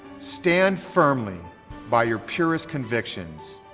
stand firmly by your purest convictions,